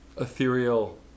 ethereal